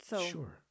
Sure